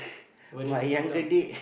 so why didn't you talk it out